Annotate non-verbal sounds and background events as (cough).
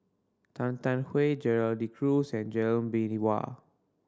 Tan Tarn (unintelligible) Gerald De Cruz and Lee Bee Wah